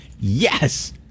Yes